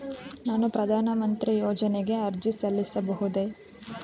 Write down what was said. ನಾನು ಪ್ರಧಾನ ಮಂತ್ರಿ ಯೋಜನೆಗೆ ಅರ್ಜಿ ಸಲ್ಲಿಸಬಹುದೇ?